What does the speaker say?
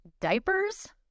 Diapers